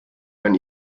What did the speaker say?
dann